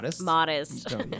modest